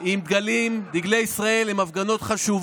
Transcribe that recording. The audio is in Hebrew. עם דגלים, דגלי ישראל, הן הפגנות חשובות,